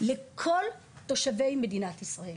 לכל תושבי מדינת ישראל,